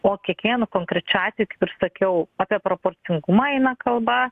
o kiekvienu konkrečiu atveju kaip ir sakiau apie proporcingumą eina kalba